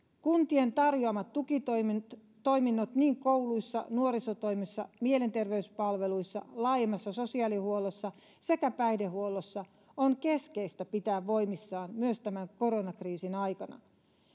kuntien tarjoamat tukitoiminnot kouluissa nuorisotoimessa mielenterveyspalveluissa laajemmassa sosiaalihuollossa sekä päihdehuollossa on keskeistä pitää voimissaan myös tämän koronakriisin aikana